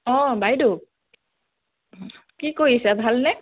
অঁ বাইদেউ কি কৰিছে ভালনে